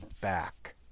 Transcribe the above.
back